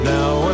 Now